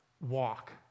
walk